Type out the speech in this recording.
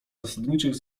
zasadniczych